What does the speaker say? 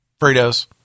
Fritos